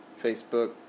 Facebook